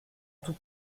tout